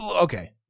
okay